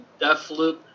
Deathloop